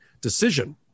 decision